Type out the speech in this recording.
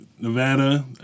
Nevada